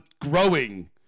growing